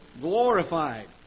glorified